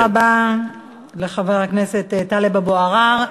תודה רבה לחבר הכנסת טלב אבו עראר.